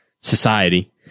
society